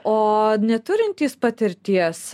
o neturintys patirties